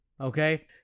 okay